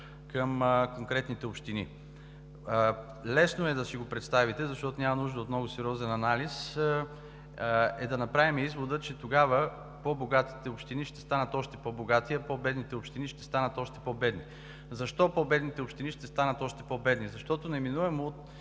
към конкретните общини. Лесно е да си го представите, защото няма нужда от много сериозен анализ, за да направим извода, че тогава по-богатите общини ще станат още по-богати, а по-бедните общини ще станат още по-бедни. Защо по-бедните общини ще станат още по-бедни? Защото неминуемо